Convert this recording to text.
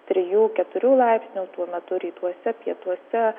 trijų keturių laipsnių tuo metu rytuose pietuose